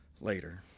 later